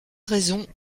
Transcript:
raison